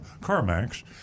CarMax